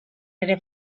ere